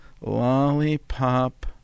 Lollipop